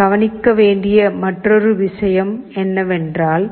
கவனிக்க வேண்டிய மற்றொரு விஷயம் என்னவென்றால்